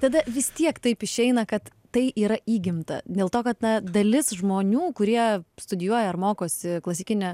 tada vis tiek taip išeina kad tai yra įgimta dėl to kad na dalis žmonių kurie studijuoja ar mokosi klasikinę